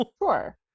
Sure